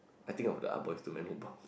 I think of the [Ah]-Boys-to-Man lobang